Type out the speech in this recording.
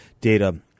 Data